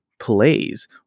plays